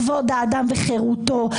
כבוד האדם וחירותו,